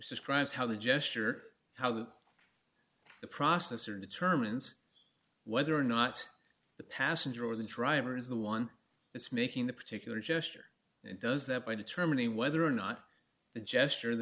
pat scribes how the gesture how the the processor determines whether or not the passenger or the driver is the one that's making the particular gesture it does that by determining whether or not the gesture